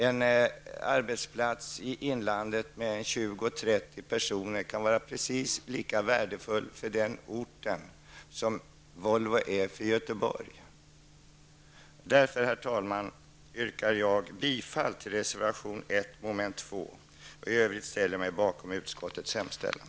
En arbetsplats i Norrlands inland med 20 à 30 personer kan vara precis lika värdefull för den orten som Volvo är för Göteborg. Därför, herr talman, yrkar jag bifall till reservation nr 1 under mom. 2. I övrigt ställer jag mig bakom utskottets hemställan.